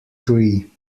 three